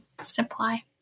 supply